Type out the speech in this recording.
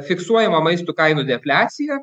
fiksuojama maistų kainų defliacija